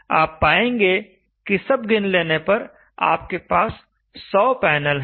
आप पाएंगे कि सब गिन लेने पर आपके पास 100 हैं